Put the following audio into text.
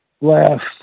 last